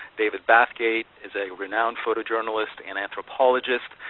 david bathgate is a renowned photojournalist and anthropologist,